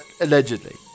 Allegedly